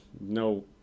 no